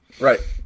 Right